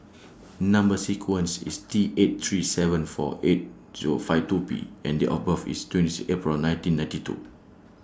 Number sequence IS T eight three seven four eight Zero five two P and Date of birth IS twenty six April nineteen ninety two